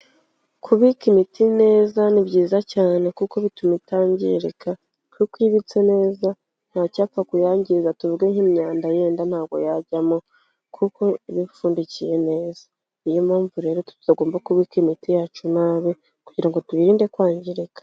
Kubika imiti neza ni byiza cyane kuko bituma itangirika, kuko iyo ibitse neza ntacyapfa kuyangiza tuvuge nk'imyanda yenda ntabwo yajyamo kuko iba ipfundikiye neza. Niyo mpamvu rero tutagomba kubika imiti yacu nabi kugira ngo tuyirinde kwangirika.